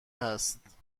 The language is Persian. هست